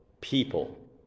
people